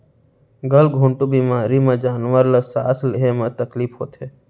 गल घोंटू बेमारी म जानवर ल सांस लेहे म तकलीफ होथे